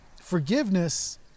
forgiveness